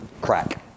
crack